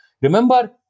Remember